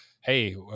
hey